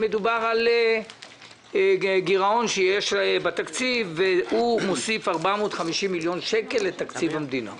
מדובר על גירעון שיש בתקציב והוא מוסיף 450 מיליון שקל לתקציב המדינה.